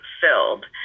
filled